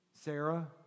Sarah